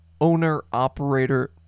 owner-operator